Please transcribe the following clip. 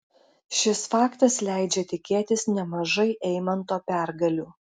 šis faktas leidžia tikėtis nemažai eimanto pergalių